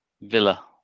villa